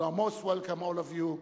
You are most welcome all of you.